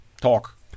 talk